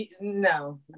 No